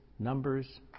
Numbers